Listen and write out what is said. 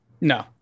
No